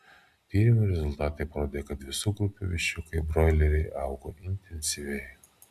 tyrimų rezultatai parodė kad visų grupių viščiukai broileriai augo intensyviai